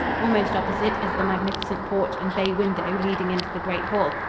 almost opposite is the magnificent porch and bay-window leading into the great hall.